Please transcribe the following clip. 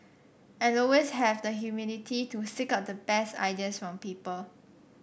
and always have the humility to seek out the best ideas from people